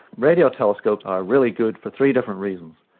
radio telescopes are really good for three different reasons.